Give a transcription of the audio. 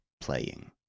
playing